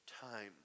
time